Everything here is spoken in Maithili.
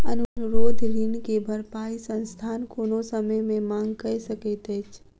अनुरोध ऋण के भरपाई संस्थान कोनो समय मे मांग कय सकैत अछि